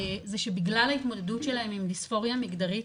זה שבגלל ההתמודדות שלהם עם דיספורמיה מגדרית